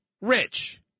Rich